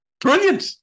Brilliant